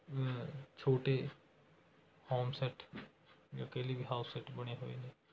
ਛੋਟੇ home set ਜਾਂ ਕਹਿ ਲਈਏ ਵੀ ਹਾਊਸ ਸੈੱਟ ਬਣੇ ਹੋਏ ਨੇ